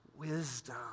Wisdom